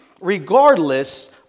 regardless